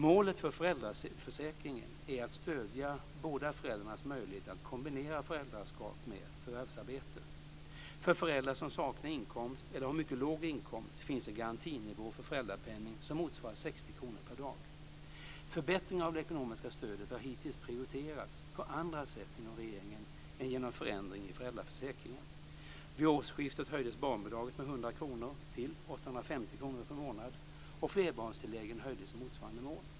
Målet för föräldraförsäkringen är att stödja båda föräldrarnas möjligheter att kombinera föräldraskap med förvärvsarbete. För föräldrar som saknar inkomst eller har en mycket låg inkomst finns en garantinivå för föräldrapenning som motsvarar 60 kr per dag. Förbättringar av det ekonomiska stödet har hittills prioriterats på andra sätt inom regeringen än genom förändring i föräldraförsäkringen. Vid årsskiftet höjdes barnbidraget med 100 kr till 850 kr per månad och flerbarnstilläggen höjdes i motsvarande mån.